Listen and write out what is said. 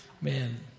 Man